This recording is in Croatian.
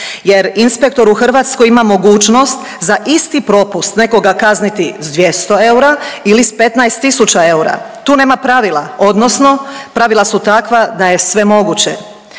jer inspektor u Hrvatskoj ima mogućnost za isti propust nekoga kazniti s 200 eura ili s 15 tisuća eura. Tu nema pravila odnosno pravila su takva da je sve moguće,